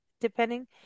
depending